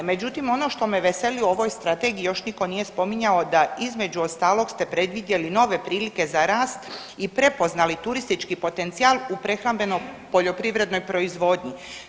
Međutim, ono što me veseli u ovoj strategiji još niko nije spominjao da između ostalog ste predvidjeli nove prilike za rast i prepoznali turistički potencijal u prehrambeno poljoprivrednoj proizvodnji.